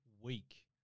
week